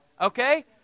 Okay